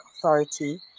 authority